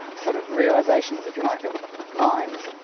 sort of realisations, if you like, of minds.